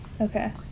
Okay